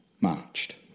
marched